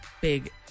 big